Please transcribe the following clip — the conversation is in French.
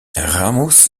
ramos